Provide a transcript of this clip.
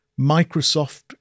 Microsoft